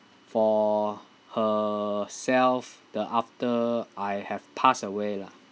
for herself the after I have passed away lah